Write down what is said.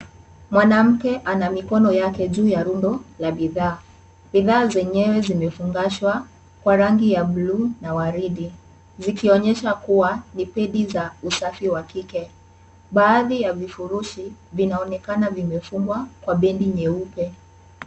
Mwanamke ana mikono yako juu ya rundo la bidhaa. Bidhaa zenyewe zimefungashwa, kwa rangi ya buluu na waridi. Zikionyesha kuwa ni pedi za usafi wa kike. Baadhi ya vifurushi vinaonekana vimefungwa kwa bendi nyeupe.